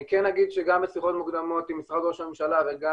אני כן אגיד שגם בשיחות מוקדמות עם משרד ראש הממשלה וגם